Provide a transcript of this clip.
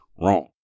wrong